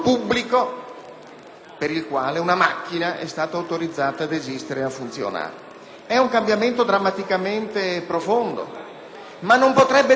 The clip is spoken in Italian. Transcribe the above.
per il quale la macchina è stata autorizzata ad esistere e a funzionare. È un cambiamento drammaticamente profondo, ma non potrebbe non avvenire,